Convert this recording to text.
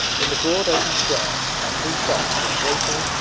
in the broad open square are three shops where drapery,